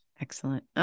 Excellent